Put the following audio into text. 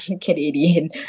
Canadian